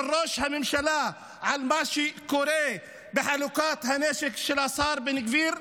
ראש הממשלה למה שקורה בחלוקת הנשק של השר בן גביר,